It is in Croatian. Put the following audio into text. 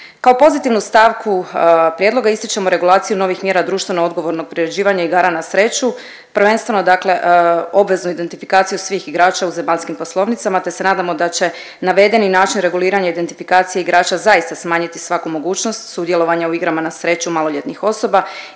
Kao pozitivnu stavku prijedloga ističemo regulaciju novih mjera društveno odgovornog priređivanja igara na sreću, prvenstveno dakle obveznu identifikaciju svih igrača u zemaljskim poslovnicama, te se nadamo da će navedeni način reguliranja identifikacije igrača zaista smanjiti svaku mogućnost sudjelovanja u igrama na sreću maloljetnih osoba